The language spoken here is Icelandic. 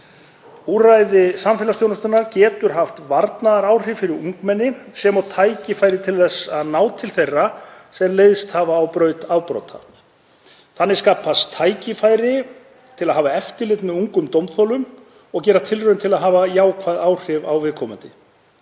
Úrræði samfélagsþjónustunnar getur haft varnaðaráhrif fyrir ungmenni sem og tækifæri til þess að ná til þeirra sem leiðst hafa á braut afbrota. Þannig skapast færi á að hafa eftirlit með ungum dómþolum og gera tilraun til að hafa jákvæð áhrif á viðkomandi.